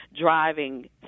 driving